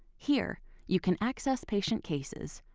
here you can access patient cases,